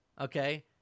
okay